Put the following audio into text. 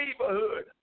neighborhood